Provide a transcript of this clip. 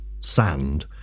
sand